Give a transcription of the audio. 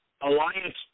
alliance